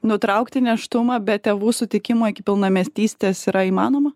nutraukti nėštumą be tėvų sutikimo iki pilnametystės yra įmanoma